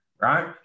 Right